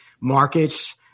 markets